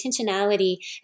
intentionality